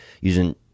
using